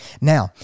Now